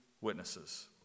witnesses